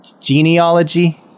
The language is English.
Genealogy